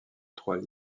trois